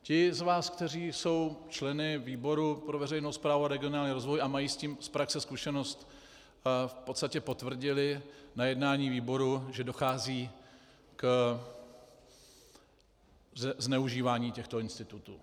Ti z vás, kteří jsou členy výboru pro veřejnou správu a regionální rozvoj a mají s tím z praxe zkušenost, v podstatě potvrdili na jednání výboru, že dochází k zneužívání těchto institutů.